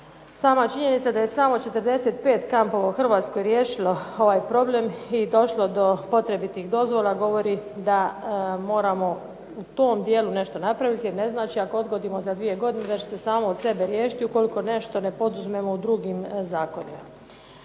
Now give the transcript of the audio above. Sama činjenica da je samo 45 kampova u Hrvatskoj riješilo ovaj problem i došlo do potrebitih dozvola govori da moramo u tom dijelu nešto napraviti. Ne znači ako odgodimo za 2 godine da će se samo od sebe riješiti ukoliko nešto ne poduzmemo u drugim zakonima.